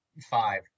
five